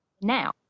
now